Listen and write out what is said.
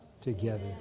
together